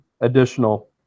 Additional